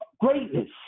greatness